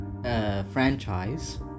franchise